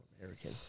American